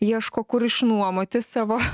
ieško kur išnuomoti savo